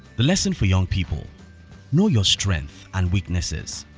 the lesson for young people know your strengths and weaknesses.